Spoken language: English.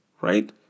right